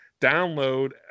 download